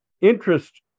interest